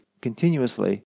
continuously